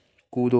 कूदो